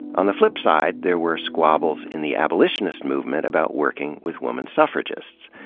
on the flipside, there were squabbles in the abolitionist movement about working with woman suffragists.